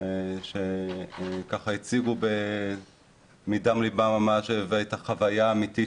שהציגו מדם ליבם את החוויה האמיתית